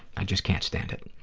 i just can't stand it.